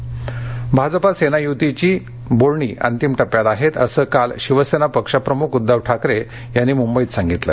भास्कर जाधव भाजपा सेना युतीची बोलणी अंतिम पि्यात आहे असं काल शिवसेना पक्षप्रमुख उद्दव ठाकरे यांनी मुंबईत सांगितलं